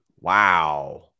Wow